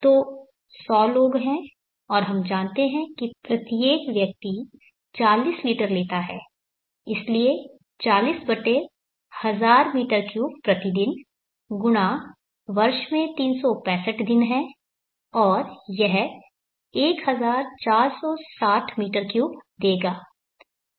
तो 100 लोग हैं और हम जानते हैं कि प्रत्येक व्यक्ति 40 लीटर लेता है इसलिए 40 बटे 1000 m3 प्रतिदिन गुणा वर्ष में 365 दिन है और यह 1460 m3 देगा